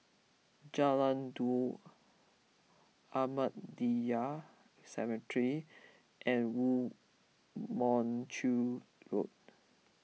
Jalan Daud Ahmadiyya Cemetery and Woo Mon Chew Road